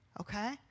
Okay